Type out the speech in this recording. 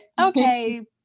okay